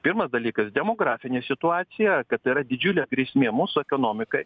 pirmas dalykas demografinė situacija kad tai yra didžiulė grėsmė mūsų ekonomikai